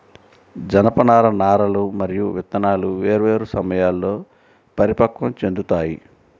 జనపనార నారలు మరియు విత్తనాలు వేర్వేరు సమయాల్లో పరిపక్వం చెందుతాయి